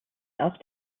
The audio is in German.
auch